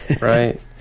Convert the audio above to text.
Right